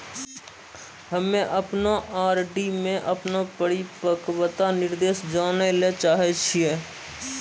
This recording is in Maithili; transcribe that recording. हम्मे अपनो आर.डी मे अपनो परिपक्वता निर्देश जानै ले चाहै छियै